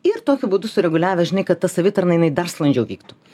ir tokiu būdu sureguliavę žinai kad ta savitarna jinai dar sklandžiau vyktų